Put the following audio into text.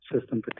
system